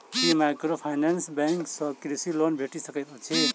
की microfinance bank सँ कृषि loan भेटि सकैत अछि?